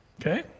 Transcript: Okay